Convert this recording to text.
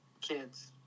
kids